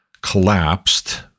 collapsed